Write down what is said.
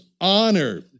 honor